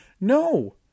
No